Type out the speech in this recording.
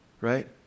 Right